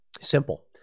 Simple